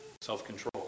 self-control